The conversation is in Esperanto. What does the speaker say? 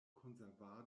konservado